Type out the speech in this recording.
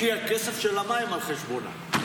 כי הכסף של המים על חשבונם.